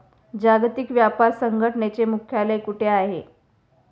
जागतिक व्यापार संघटनेचे मुख्यालय कुठे आहे?